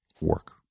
work